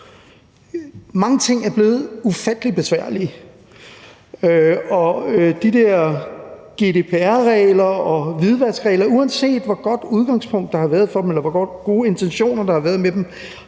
Mange ting er blevet ufattelig besværlige, og de der GDPR-regler og hvidvaskregler – uanset hvor godt udgangspunktet har været, og hvor gode intentionerne har været – har